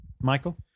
Michael